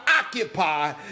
occupy